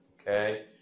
okay